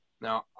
Now